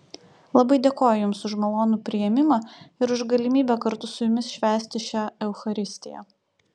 labai dėkoju jums už malonų priėmimą ir už galimybę kartu su jumis švęsti šią eucharistiją